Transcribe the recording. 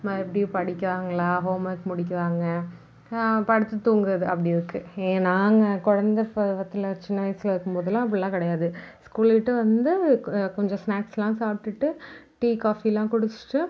மறுபடியும் படிக்கிறாங்களா homework முடிக்கிறாங்க படுத்து தூங்குவது அப்படி இருக்குது ஏன் நாங்கள் குழந்த பருவத்தில் சின்ன வயசில் இருக்கும் போதுலாம் அப்படிலாம் கிடையாது ஸ்கூல் விட்டு வந்து கொஞ்சம் ஸ்நாக்ஸ்லாம் சாப்பிட்டுட்டு டீ காஃபியெலாம் குடிச்சுட்டு